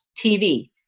TV